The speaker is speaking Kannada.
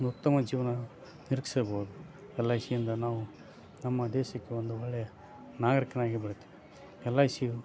ಒಂದು ಉತ್ತಮ ಜೀವನ ನಿರೀಕ್ಷಿಸಬಹುದು ಎಲ್ ಐ ಸಿಯಿಂದ ನಾವು ನಮ್ಮ ದೇಶಕ್ಕೆ ಒಂದು ಒಳ್ಳೆಯ ನಾಗರಿಕನಾಗಿ ಬೆಳಿತೀವಿ ಎಲ್ ಐ ಸಿಯು